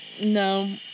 No